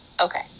Okay